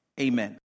Amen